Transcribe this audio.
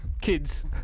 Kids